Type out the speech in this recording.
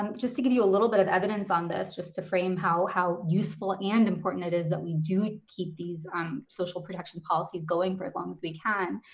um just to give you a little bit of evidence on this, just to frame how how useful and important it is that we do keep these um social protection policies going for as long as we can,